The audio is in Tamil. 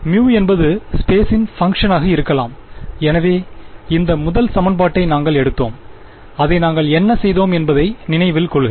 μ என்பது ஸ்பேசின் பங்க்ஷனாக இருக்கலாம் எனவே இந்த முதல் சமன்பாட்டை நாங்கள் எடுத்தோம் அதை நாங்கள் என்ன செய்தோம் என்பதை நினைவில் கொள்க